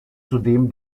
zudem